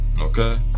Okay